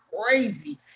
crazy